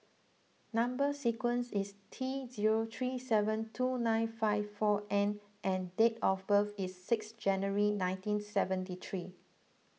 Number Sequence is T zero three seven two nine five four N and date of birth is six January nineteen seventy three